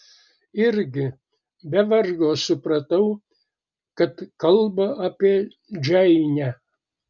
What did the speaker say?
irgi be vargo supratau kad kalba apie džeinę